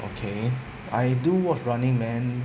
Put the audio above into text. okay I do watch running man